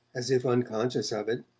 as if unconscious of it,